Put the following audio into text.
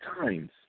times